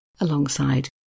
alongside